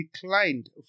declined